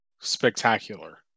spectacular